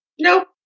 nope